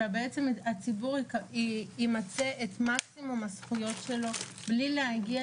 שהציבור ימצה את מקסימום הזכויות שלו בלי להגיע